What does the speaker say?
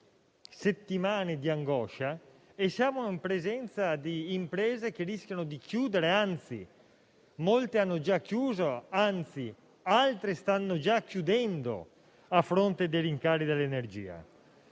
di angoscia e di imprese che rischiano di chiudere; anzi molte hanno già chiuso e altre stanno per chiudere a fronte dei rincari dell'energia.